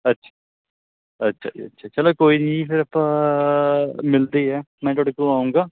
ਅੱਛਾ ਅੱਛਾ ਜੀ ਅੱਛਾ ਚਲੋ ਕੋਈ ਨਹੀਂ ਜੀ ਫਿਰ ਆਪਾਂ ਮਿਲਦੇ ਐ ਮੈਂ ਤੁਹਾਡੇ ਕੋਲ ਆਵਾਂਗਾ